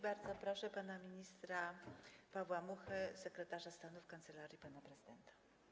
Bardzo proszę pana ministra Pawła Muchę, sekretarza stanu w kancelarii pana prezydenta.